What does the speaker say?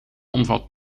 omvat